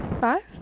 five